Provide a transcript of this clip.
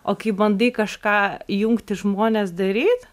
o kai bandai kažką jungti žmones daryt